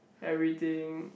everything